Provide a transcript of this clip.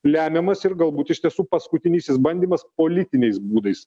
lemiamas ir galbūt iš tiesų paskutinysis bandymas politiniais būdais